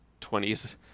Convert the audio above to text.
20s